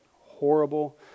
horrible